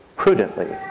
Prudently